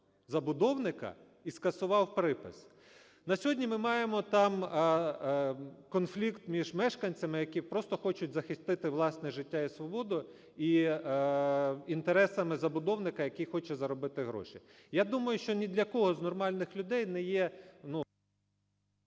забудовника і скасував припис. На сьогодні ми маємо там конфлікт між мешканцями, які просто хочуть захистити власне життя і свободу, і інтересами забудовника, який хоче заробити гроші. Я думаю, що ні для кого з нормальних людей не є,